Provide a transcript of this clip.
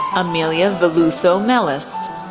amelia veloutho melas,